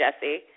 Jesse